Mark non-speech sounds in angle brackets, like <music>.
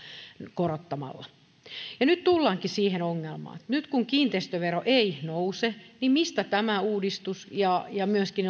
korottamalla nyt tullaankin siihen ongelmaan nyt kun kiinteistövero ei nouse niin mistä tämä uudistus ja ja myöskin <unintelligible>